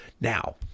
Now